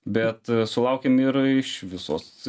bet sulaukiam ir iš visos